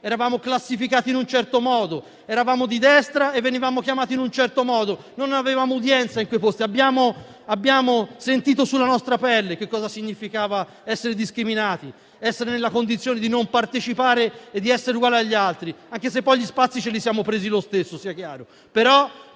perché avevamo il marchio, eravamo di destra e venivamo classificati e chiamati in un determinato modo; non avevamo udienza in quei posti. Abbiamo sentito sulla nostra pelle che cosa significava essere discriminati ed essere nella condizione di non partecipare e di non essere uguali agli altri, anche se poi gli spazi ce li siamo presi lo stesso, sia chiaro.